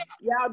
y'all